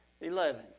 Eleven